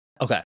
Okay